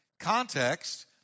context